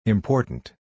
Important